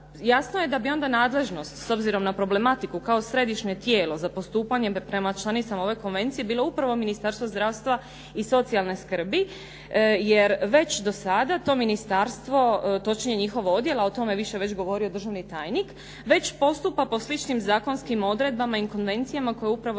Jasno je da bi onda nadležnost s obzirom na problematiku kao Središnje tijelo za postupanje prema članicama ove konvencije bilo upravo Ministarstvo zdravstva i socijalne skrbi jer već do sada to ministarstvo, točnije njihov odjel, a o tome je više već govorio državni tajnik već postupa po sličnim zakonskim odredbama i konvencijama koje je upravo